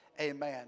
amen